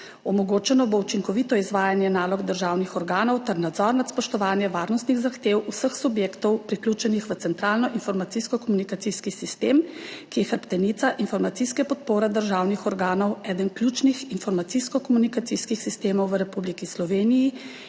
Omogočeno bo učinkovito izvajanje nalog državnih organov ter nadzor nad spoštovanjem varnostnih zahtev vseh subjektov, vključenih v centralni informacijsko-komunikacijski sistem, ki je hrbtenica informacijske podpore državnih organov, eden ključnih informacijsko-komunikacijskih sistemov v Republiki Sloveniji